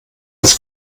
das